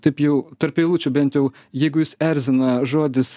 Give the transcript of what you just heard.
taip jau tarp eilučių bent jau jeigu jus erzina žodis